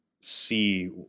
see